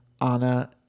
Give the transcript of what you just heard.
Anna